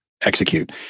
execute